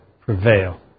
prevail